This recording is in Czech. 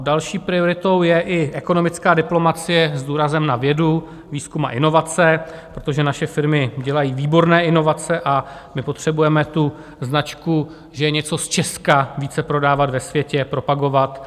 Další prioritou je i ekonomická diplomacie s důrazem na vědu, výzkum a inovace, protože naše firmy dělají výborné inovace a my potřebujeme tu značku, že je něco z Česka, více prodávat ve světě, propagovat.